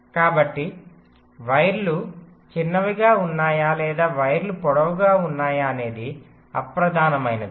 కాబట్టి వైర్లు చిన్నవిగా ఉన్నాయా లేదా వైర్లు పొడవుగా ఉన్నాయా అనేది అప్రధానమైనది